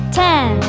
ten